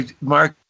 Mark